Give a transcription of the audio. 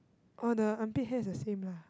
!wah! the armpit hair is the same lah